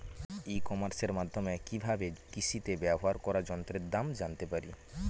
ই কমার্সের মাধ্যমে কি ভাবে কৃষিতে ব্যবহার করা যন্ত্রের দাম জানতে পারি?